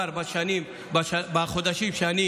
בחודשים שאני